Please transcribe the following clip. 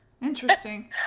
interesting